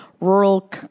rural